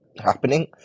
happening